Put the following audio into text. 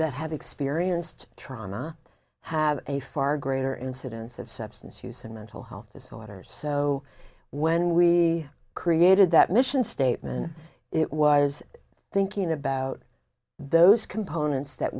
that have experienced trauma have a far greater incidence of substance use and mental health disorders so when we created that mission statement it was thinking about those components that